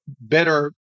better